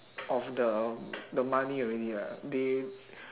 of the the money already lah they